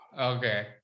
Okay